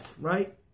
Right